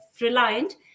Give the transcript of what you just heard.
reliant